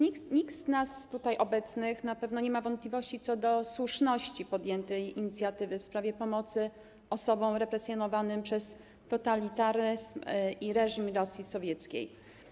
Nikt z nas tutaj obecnych na pewno nie ma wątpliwości co do słuszności podjętej inicjatywy w sprawie pomocy osobom represjonowanym przez totalitaryzm i reżim Rosji sowieckiej.